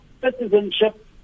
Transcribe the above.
Citizenship